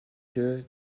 que